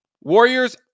Warriors